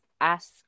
ask